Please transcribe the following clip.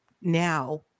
now